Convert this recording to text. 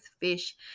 fish